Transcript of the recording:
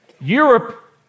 Europe